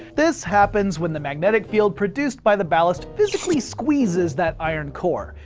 this happens when the magnetic field produced by the ballast physically squeezes that iron core.